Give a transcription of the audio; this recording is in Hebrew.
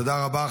תודה רבה.